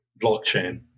blockchain